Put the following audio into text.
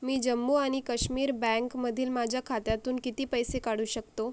मी जम्मू आणि कश्मीर बँकमधील माझ्या खात्यातून किती पैसे काढू शकतो